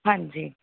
ਹਾਂਜੀ